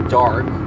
dark